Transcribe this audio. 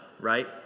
Right